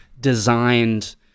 designed